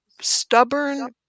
stubborn